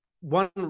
one